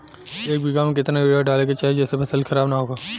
एक बीघा में केतना यूरिया डाले के चाहि जेसे फसल खराब ना होख?